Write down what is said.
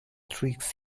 tricks